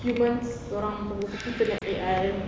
humans dorang betul-betul kena A_I